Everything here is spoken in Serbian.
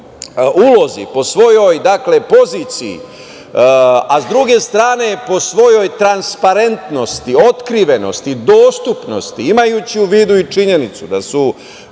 ulozi, po svojoj poziciji, a sa druge strane po svojoj transparentnosti, otkrivenosti, dostupnosti, imajući u vidu i činjenicu da su